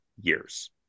years